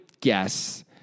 guess